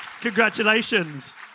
Congratulations